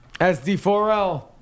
SD4L